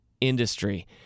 industry